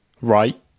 right